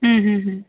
হুম হুম হুম